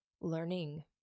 learning